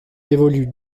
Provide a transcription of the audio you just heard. évolue